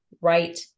right